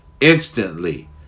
instantly